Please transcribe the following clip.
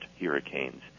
hurricanes